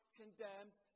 condemned